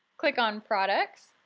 click on products,